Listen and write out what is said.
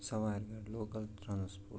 سوارِ گاڑِ local transport